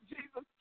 Jesus